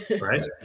right